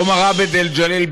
עומר עבד אל-ג'ליל,